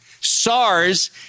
SARS